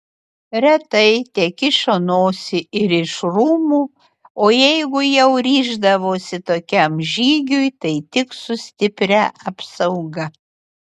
retai tekišo nosį ir iš rūmų o jeigu jau ryždavosi tokiam žygiui tai tik su stipria apsauga